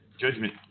Judgment